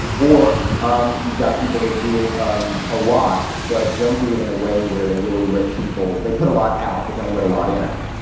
or um you've got people that do it um a lot, but don't do it in a way where they really let people, they put a lot out, but don't let a lot in.